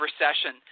recession